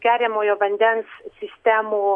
geriamojo vandens sistemų